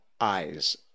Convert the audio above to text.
EYES